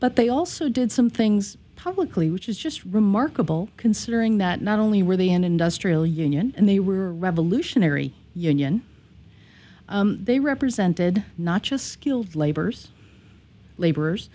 but they also did some things publicly which is just remarkable considering that not only were they an industrial union and they were revolutionary union they represented not just skilled laborers